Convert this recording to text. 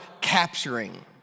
capturing